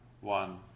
one